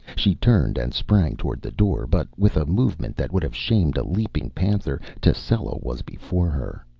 she turned and sprang toward the door, but with a movement that would have shamed a leaping panther, tascela was before her.